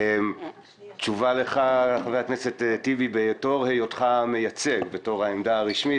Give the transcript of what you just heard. תשובה לחבר הכנסת טיבי: בתור היותך נציג של נציגות הכנסת,